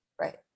right